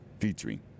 featuring